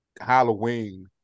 Halloween